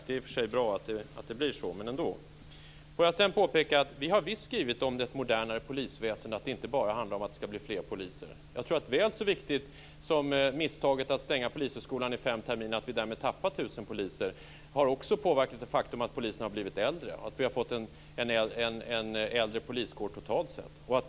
Det är i och för sig bra att det blir så, men jag undrar ändå. Får jag sedan påpeka att vi visst har skrivit om att ett modernare polisväsende inte bara handlar om att det ska bli fler poliser. Jag tror att misstaget att stänga Polishögskolan i fem terminer är väl så viktigt att ta upp. Att vi därmed tappar tusen poliser har också medverkat till det faktum att polisen har blivit äldre, att vi har fått en äldre poliskår totalt sett.